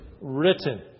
written